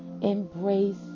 Embrace